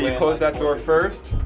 yeah close that door first.